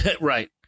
Right